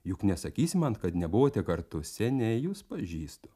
juk nesakysi man kad nebuvote kartu seniai jus pažįstu